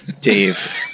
Dave